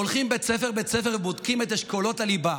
הולכים בית ספר בית ספר ובודקים את אשכולות הליבה.